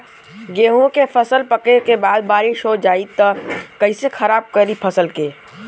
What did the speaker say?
गेहूँ के फसल पकने के बाद बारिश हो जाई त कइसे खराब करी फसल के?